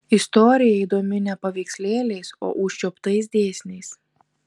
istorija įdomi ne paveikslėliais o užčiuoptais dėsniais